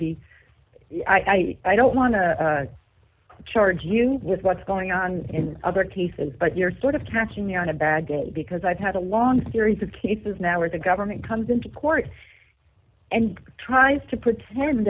y i i don't want to charge you with what's going on in other cases but you're sort of catching me on a bad day because i've had a long series of cases now where the government comes into court and tries to pretend